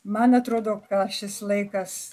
man atrodo ką šis laikas